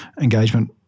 engagement